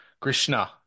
Krishna